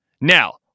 Now